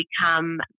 become